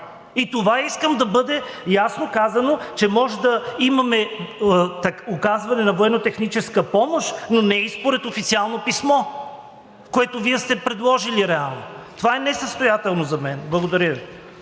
и това искам да бъде ясно казано – че може да имаме оказване на военнотехническа помощ, но не и според официално писмо, което Вие сте предложили реално. Това е несъстоятелно за мен. Благодаря